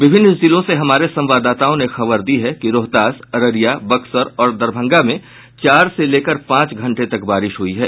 विभिन्न जिलों से हमारे संवाददाताओं ने खबर दी है कि रोहतास अररिया बक्सर और दरभंगा में चार से लेकर पांच घंटे तक बारिश हुई है